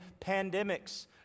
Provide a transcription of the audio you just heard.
pandemics